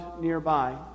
nearby